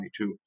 2022